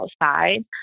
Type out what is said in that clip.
outside